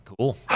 Cool